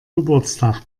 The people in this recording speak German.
geburtstag